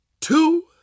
two